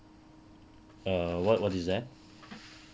err err what is that